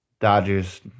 dodgers